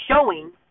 showing